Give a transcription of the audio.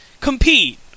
compete